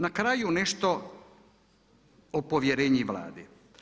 Na kraju nešto o povjerenju Vladi.